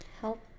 help